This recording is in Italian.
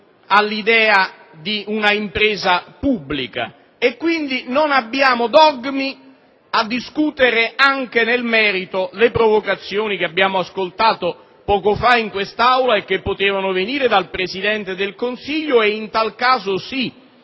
all'idea di un'impresa pubblica. Non abbiamo quindi dogmi a discutere anche nel merito le provocazioni che abbiamo ascoltato poco fa in quest'Aula e che potevano venire dal Presidente del Consiglio: in tale caso, sì,